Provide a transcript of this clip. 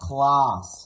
Class